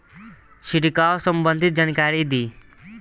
छिड़काव संबंधित जानकारी दी?